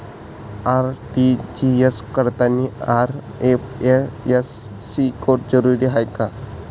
RTGS करतांनी IFSC code जरुरीचा हाय का?